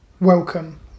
welcome